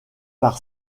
par